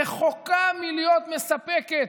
רחוקה מלהיות מספקת.